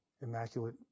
immaculate